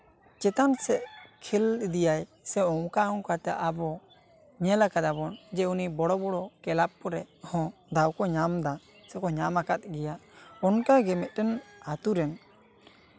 ᱪᱮᱛᱟᱱ ᱥᱮᱜ ᱠᱷᱮᱞ ᱤᱫᱤᱭᱟᱭ ᱥᱮ ᱚᱝᱠᱟ ᱚᱝᱠᱟᱛᱮ ᱟᱵᱚ ᱧᱮ ᱠᱟᱫᱟᱵᱚᱱ ᱩᱱᱤ ᱵᱚᱲᱚ ᱵᱚᱲᱚ ᱠᱞᱟᱵᱽ ᱠᱚᱨᱮᱜ ᱦᱚᱸ ᱫᱟᱣ ᱠᱚ ᱧᱟᱢᱫᱟ ᱥᱮᱠᱚ ᱧᱟᱢ ᱟᱠᱟᱫ ᱜᱮᱭᱟ ᱚᱱᱠᱟᱜᱮ ᱢᱤᱫᱴᱮᱱ ᱟᱛᱳᱨᱮ